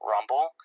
Rumble